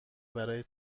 برای